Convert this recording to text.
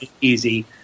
easy